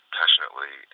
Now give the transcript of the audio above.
passionately